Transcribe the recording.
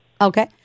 Okay